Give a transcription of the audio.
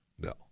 no